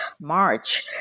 march